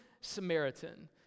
Samaritan